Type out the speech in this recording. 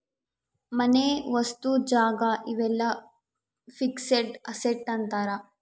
ಮನೆ ವಸ್ತು ಜಾಗ ಇವೆಲ್ಲ ಫಿಕ್ಸೆಡ್ ಅಸೆಟ್ ಅಂತಾರ